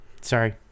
sorry